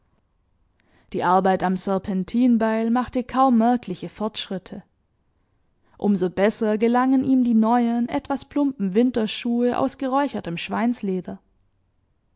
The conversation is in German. die arbeit am serpentinbeil machte kaum merkliche fortschritte um so besser gelangen ihm die neuen etwas plumpen winterschuhe aus geräuchertem schweinsleder